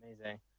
amazing